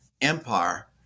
empire